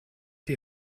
die